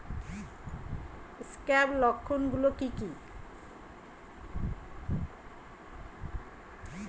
Scab লক্ষণ গুলো কি কি?